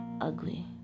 Ugly